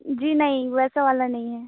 जी नहीं वैसा वाला नहीं है